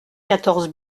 quatorze